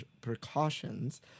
precautions